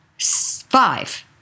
five